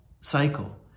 cycle